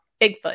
Bigfoot